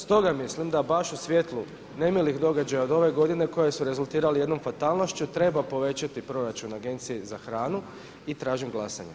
Stoga mislim da baš u svjetlu nemilih događaja od ove godine koji su rezultirali jednom fatalnošću treba povećati proračun Agenciji z hranu i tražim glasanje.